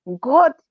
God